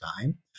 time